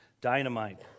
dynamite